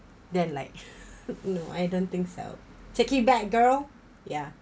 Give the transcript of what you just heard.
then like no I don't think so take it back girl ya